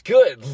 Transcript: Good